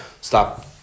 Stop